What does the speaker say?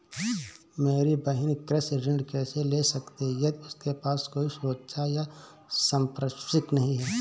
मेरी बहिन कृषि ऋण कैसे ले सकती है यदि उसके पास कोई सुरक्षा या संपार्श्विक नहीं है?